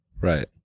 Right